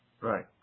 Right